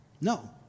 no